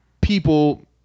people